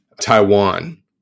Taiwan